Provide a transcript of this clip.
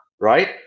right